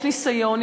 יש ניסיון,